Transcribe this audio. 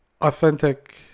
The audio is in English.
authentic